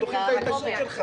אנחנו דוחים את ההתנגדות שלך.